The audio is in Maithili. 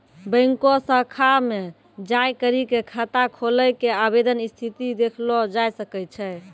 बैंको शाखा मे जाय करी क खाता खोलै के आवेदन स्थिति देखलो जाय सकै छै